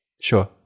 sure